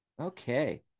Okay